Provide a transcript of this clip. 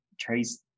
Trace